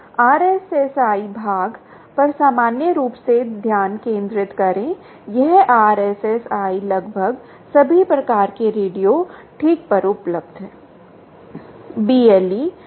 बस RSSI भाग पर सामान्य रूप से ध्यान केंद्रित करें यह RSSI लगभग सभी प्रकार के रेडियो ठीक पर उपलब्ध है